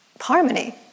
harmony